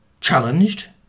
challenged